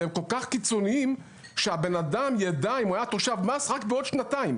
והם כל כך קיצוניים שהבן ידע אם הוא היה תושב מס רק בעוד שנתיים.